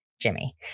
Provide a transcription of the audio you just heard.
Jimmy